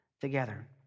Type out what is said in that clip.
together